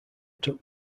took